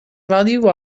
value